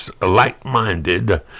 like-minded